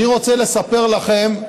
אני רוצה לספר לכם,